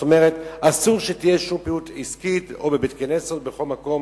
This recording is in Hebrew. זאת אומרת אסור שתהיה שום פעילות עסקית בבית-כנסת או בכל מקום